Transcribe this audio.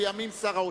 לימים שר האוצר.